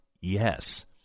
yes